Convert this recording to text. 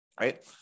right